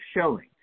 showing